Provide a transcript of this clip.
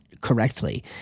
correctly